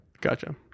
Gotcha